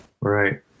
Right